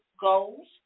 goals